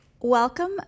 Welcome